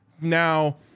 Now